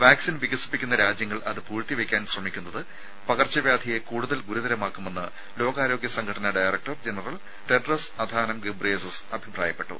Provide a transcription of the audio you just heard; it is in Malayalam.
വാക്സിൻ വികസിപ്പിക്കുന്ന രാജ്യങ്ങൾ അത് പൂഴ്ത്തിവെയ്ക്കാൻ ശ്രമിക്കുന്നത് പകർച്ചവ്യാധിയെ കൂടുതൽ ഗുരുതരമാക്കുമെന്ന് ലോകാരോഗ്യ സംഘടന director general Tedros Adhanom Ghebreyesus അഭിപ്രായപ്പെട്ടു